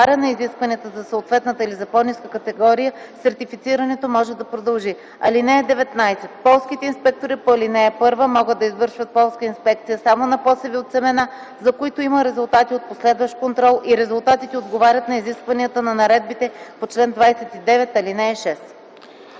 на изискванията за съответната или за по-ниска категория, сертифицирането може да продължи. (19) Полските инспектори по ал. 1 могат да извършват полска инспекция само на посеви от семена, за които има резултати от последващ контрол и резултатите отговарят на изискванията на наредбите по чл. 29, ал. 6.”